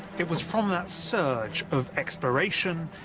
it was from that surge of exploration,